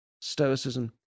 Stoicism